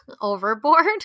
overboard